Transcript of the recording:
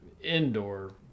indoor